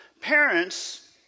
Parents